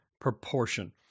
proportion